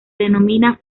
denomina